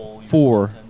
four